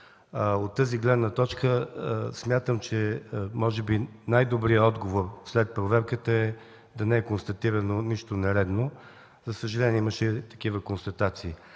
От тази гледна точка смятам, че може би най-добрият отговор след проверката е да не е констатирано нищо нередно. За съжаление имаше такива констатации.